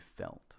felt